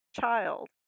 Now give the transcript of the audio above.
child